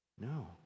No